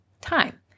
time